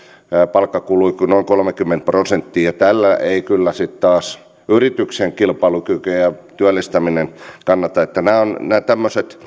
palkkakuluja noin kolmekymmentä prosenttia tällä ei kyllä sitten taas yrityksen kilpailukykyä paranneta eikä työllistäminen kannata nämä tämmöiset